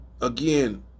again